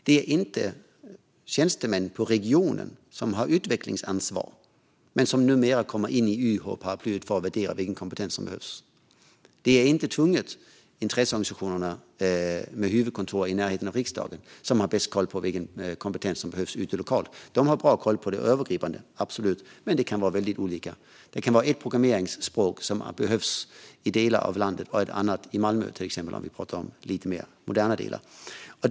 Det är inte tjänstemän på regionen som har utvecklingsansvar och som numera kommer in under YH-paraplyet för att värdera vilken kompetens som behövs. Det är inte nödvändigtvis intresseorganisationerna med huvudkontor i närheten av riksdagen som har bäst koll på vilken kompetens som behövs lokalt. De har bra koll på det övergripande, absolut, men det kan vara väldigt olika. Det kan vara ett programmeringsspråk som behövs i delar av landet och ett annat i Malmö, till exempel, om vi pratar om lite mer moderna aspekter.